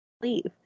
leave